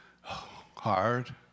Hard